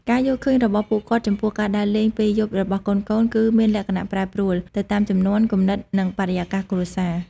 ការយល់ឃើញរបស់ពួកគាត់ចំពោះការដើរលេងពេលយប់របស់កូនៗ គឺមានលក្ខណៈ ប្រែប្រួល ទៅតាមជំនាន់ គំនិត និងបរិយាកាសគ្រួសារ ។